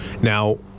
Now